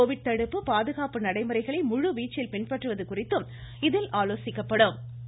Covid தடுப்பு பாதுகாப்பு நடைமுறைகளை முழுவீச்சில் பின்பற்றுவது குறித்தும் இதில் ஆலோசிக்கப்படுகிறது